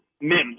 Mims